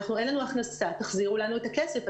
אין לנו הכנסה תחזירו לנו את הכסף,